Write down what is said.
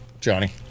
Johnny